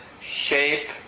shape